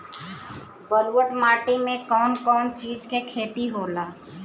ब्लुअट माटी में कौन कौनचीज के खेती होला?